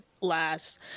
last